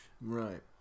Right